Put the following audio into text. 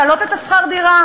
או להעלות את שכר הדירה,